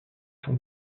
sont